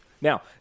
Now